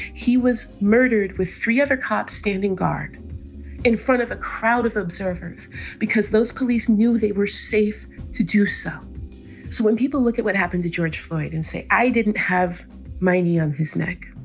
he was murdered with three other cops standing guard in front of a crowd of observers because those police knew they were safe to do so. so when people look at what happened to george floyd and say, i didn't have my knee on his neck,